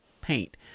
paint